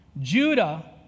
Judah